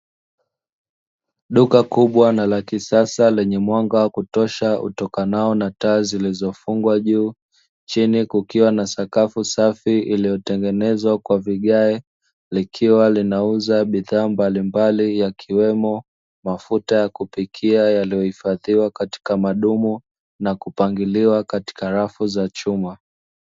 Duka kubwa na la kisasa lenye mwanga wa kutosha utokanao na taa zilizofungwa juu, chini kukiwa na sakafu safi iliyotengenezwa kwa vigae, likiwa linauza bidhaa mbalimbali yakiwemo mafuta ya kupikia yaliyohifadhiwa katika madumu na kupangiliwa katika rafu za chuma.